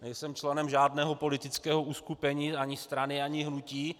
Nejsem členem žádného politického uskupení, ani strany, ani hnutí.